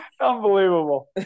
Unbelievable